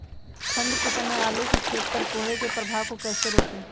ठंढ के समय आलू के खेत पर कोहरे के प्रभाव को कैसे रोके?